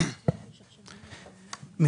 יצרו סעיף כל כך מטופש זאת לא מילה